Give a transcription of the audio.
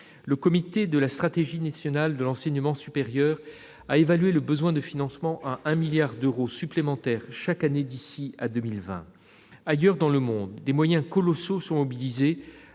Le comité pour la stratégie nationale de l'enseignement supérieur a évalué le besoin de financement à 1 milliard d'euros supplémentaires chaque année d'ici à 2020 ! Ailleurs dans le monde, des moyens colossaux sont mobilisés.